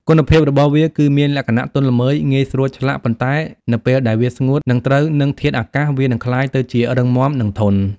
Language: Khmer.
គុណភាពរបស់វាគឺមានលក្ខណៈ ទន់ល្មើយងាយស្រួលឆ្លាក់ ប៉ុន្តែនៅពេលដែលវាស្ងួត និងត្រូវនឹងធាតុអាកាស វានឹងក្លាយទៅជា រឹងមាំ និងធន់។